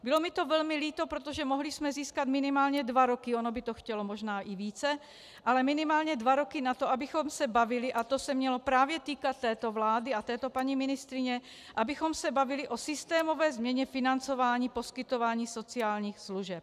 Bylo mi to velmi líto, protože jsme mohli získat minimálně dva roky, ono by to chtělo možná i více, ale minimálně dva roky na to, abychom se bavili, a to se mělo právě týkat této vlády a této paní ministryně, abychom se bavili o systémové změně financování poskytování sociálních služeb.